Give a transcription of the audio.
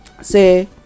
say